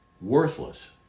worthless